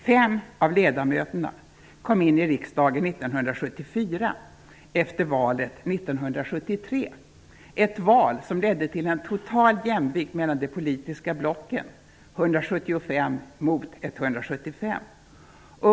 Fem av ledamöterna kom in i riksdagen 1974, efter valet 1973 -- ett val som ledde till en total jämvikt mellan de politiska blocken, 175 mot 175.